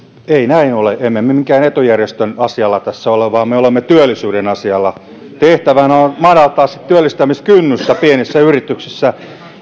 näin ole emme me minkään etujärjestön asialla tässä ole vaan me olemme työllisyyden asialla tehtävänä on madaltaa työllistämiskynnystä pienissä yrityksissä